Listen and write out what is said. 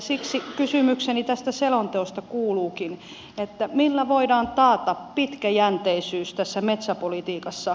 siksi kysymykseni tästä selonteosta kuuluukin että millä voidaan taata pitkäjänteisyys tässä metsäpolitiikassa